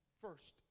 first